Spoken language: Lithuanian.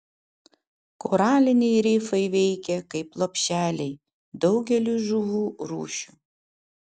koraliniai rifai veikia kaip lopšeliai daugeliui žuvų rūšių